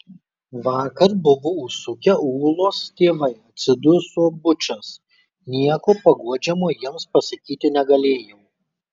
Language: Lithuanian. vakar buvo užsukę ūlos tėvai atsiduso bučas nieko paguodžiamo jiems pasakyti negalėjau